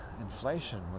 inflation